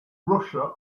russia